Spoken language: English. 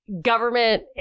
government